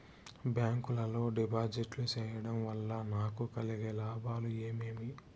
Bank లో డిపాజిట్లు సేయడం వల్ల నాకు కలిగే లాభాలు ఏమేమి?